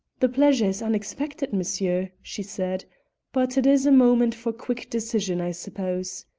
the pleasure is unexpected, monsieur, she said but it is a moment for quick decision, i suppose.